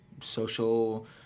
social